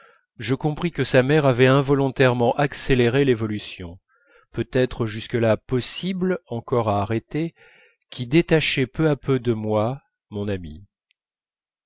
je compris que sa mère avait involontairement accéléré l'évolution peut-être jusque-là possible encore à arrêter qui détachait peu à peu de moi mon amie